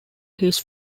his